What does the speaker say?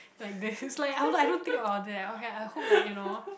like this it's like I won't I don't think about that okay I hope like you know